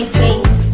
face